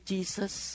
Jesus